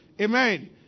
amen